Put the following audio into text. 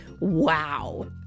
wow